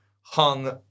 hung